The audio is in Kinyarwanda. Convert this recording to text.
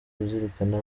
kuzirikana